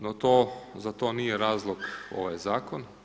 No to, za to nije razlog ovaj zakon.